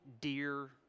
dear